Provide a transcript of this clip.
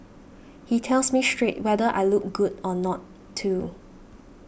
he tells me straight whether I look good or not too